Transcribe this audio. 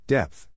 Depth